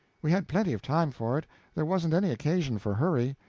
we had plenty of time for it there wasn't any occasion for hurry.